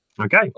Okay